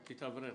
תתאוורר.